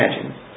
imagine